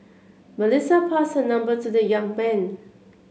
Melissa passed her number to the young man